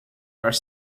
are